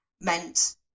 meant